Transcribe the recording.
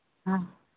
हाँ